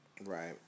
Right